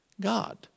God